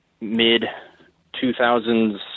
mid-2000s